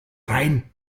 rein